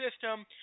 system